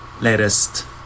latest